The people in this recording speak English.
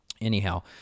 Anyhow